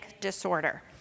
disorder